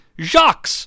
Jacques